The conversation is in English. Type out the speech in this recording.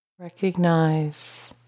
Recognize